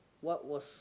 what was